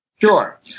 Sure